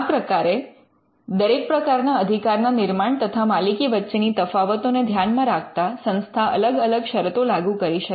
આ પ્રકારે દરેક પ્રકારના અધિકારના નિર્માણ તથા માલિકી વચ્ચે ની તફાવતો ને ધ્યાનમાં રાખતા સંસ્થા અલગ અલગ શરતો લાગુ કરી શકે